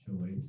choice